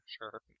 sure